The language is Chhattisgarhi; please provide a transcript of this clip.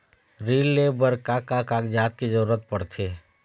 ऋण ले बर का का कागजात के जरूरत पड़थे?